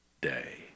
day